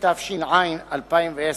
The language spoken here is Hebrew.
התש"ע 2010,